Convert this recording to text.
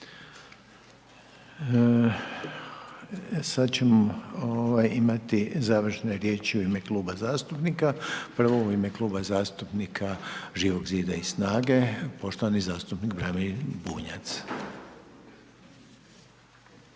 Sad ćemo imati završne riječi u ime Kluba zastupnika. Prvo u ime Kluba zastupnika Živog zida i SNAGA-e, poštovani zastupnik Branimir Bunjac.